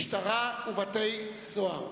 משטרה ובתי-סוהר.